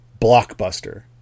blockbuster